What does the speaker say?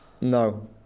No